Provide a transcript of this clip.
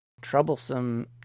troublesome